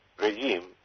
regime